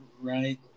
right